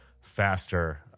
faster